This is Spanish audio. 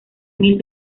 mil